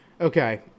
okay